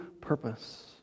purpose